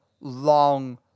long